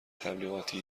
تبلیغاتی